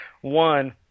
one